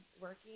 working